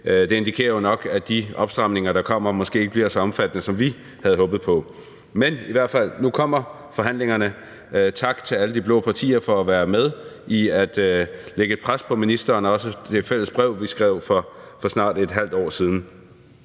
Det indikerer jo nok, at de opstramninger, der kommer, måske ikke bliver så omfattende, som vi havde håbet på. Nu kommer forhandlingerne. Tak til alle de blå partier for at være med til at lægge pres på ministeren og for det fælles brev, vi skrev for snart et halvt år siden.